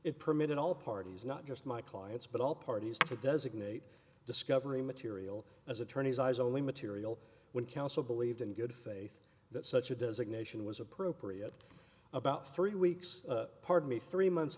it permitted all parties not just my clients but all parties to designate discovery material as attorney's eyes only material when counsel believed in good faith that such a designation was appropriate about three weeks pardon me three months